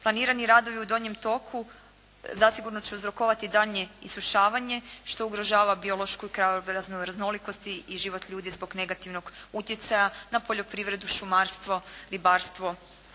Planirani radovi u donjem toku zasigurno će uzrokovati daljnje isušavanje što ugrožava biološku raznolikost i život ljudi zbog negativnog utjecaja na poljoprivredu, šumarstvo, ribarstvo,